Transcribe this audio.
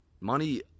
Money